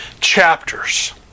chapters